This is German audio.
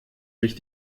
sich